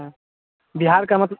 हाँ बिहार का मतल